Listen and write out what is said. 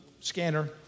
scanner